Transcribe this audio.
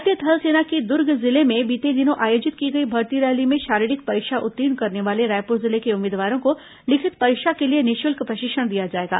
भारतीय थल सेना की दुर्ग जिले में बीते दिनों आयोजित की गई भर्ती रैली में शरीरिक परीक्षा उत्तीर्ण करने वाले रायपुर जिले के उम्मीदवारों को लिखित परीक्षा के लिए निःशुल्क प्रशिक्षण दिया जाएगा